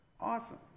awesome